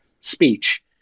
speech